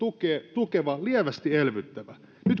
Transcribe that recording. tukeva lievästi elvyttävä